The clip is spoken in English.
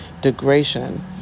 degradation